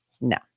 No